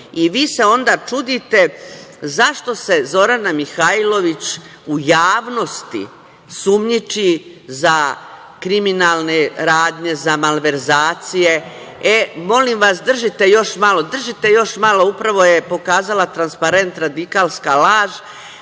I vi se onda čudite zašto se Zorana Mihajlović u javnosti sumnjiči za kriminalne radnje, za malverzacije. Molim vas držite još malo, držite još malo, upravo je pokazala transparent – radikalska laž.